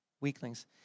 Weaklings